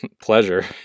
pleasure